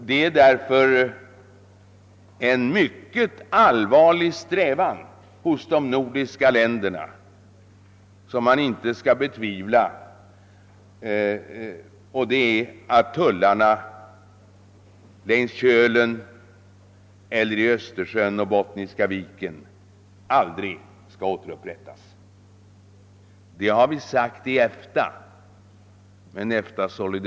De nordiska länderna har en allvarlig strävan, som inte kan betvivlas, att se till att några tullmurar längs Kölen, i Östersjön och i Öresund aldrig skall återupprättas. En liknande deklaration har också framförts för EFTA:s räkning.